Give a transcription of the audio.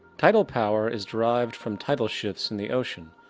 tidal power is derived from tidal shifts in the ocean.